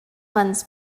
funds